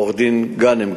עורך-דין גאנם גזאווי.